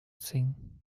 thing